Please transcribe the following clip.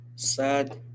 sad